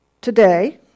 Today